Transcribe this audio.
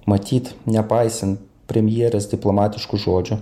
matyt nepaisan premjeras diplomatiškų žodžių